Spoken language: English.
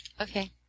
Okay